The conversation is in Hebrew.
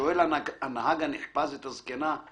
שואל הנהג הנחפז את הזקנה/